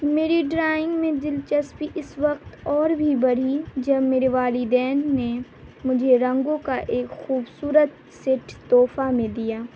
میری ڈرائنگ میں دلچسپی اس وقت اور بھی بڑھی جب میرے والدین نے مجھے رنگوں کا ایک خوبصورت سیٹ تحفہ میں دیا